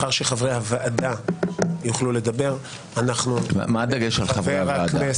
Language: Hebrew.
לאחר שחברי הוועדה יוכלו לדבר אנחנו -- מה הדגש על "חברי הוועדה"?